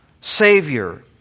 Savior